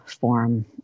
form